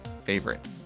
favorite